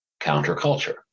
counterculture